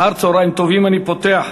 אני פותח